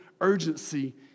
urgency